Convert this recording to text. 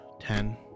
ten